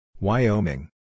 Wyoming